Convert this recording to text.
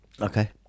okay